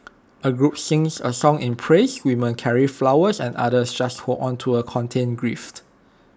A group sings A song in praise women carry flowers and others just hold on to A contained grief